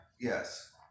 Yes